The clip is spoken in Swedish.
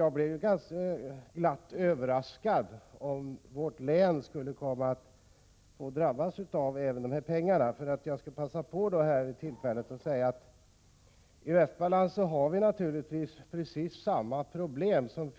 Jag skulle bli glatt överraskad om vårt län fick del av dessa pengar. I Västmanland har vi precis samma problem som